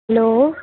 hello